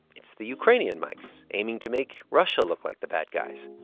it's the ukrainian mics aiming to make russia look like the bad guys,